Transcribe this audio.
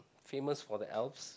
famous for the elves